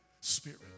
spirit